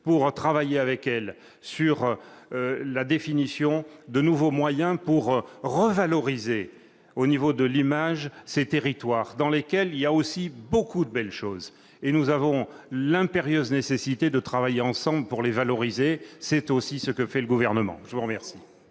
pour travailler avec elle sur la définition de nouveaux moyens destinés à revaloriser l'image de ces territoires, dans lesquels il y a aussi beaucoup de belles choses. Nous avons l'impérieuse nécessité de travailler ensemble pour les mettre en valeur- c'est aussi ce que fait le Gouvernement. La parole